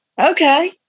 okay